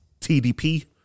TDP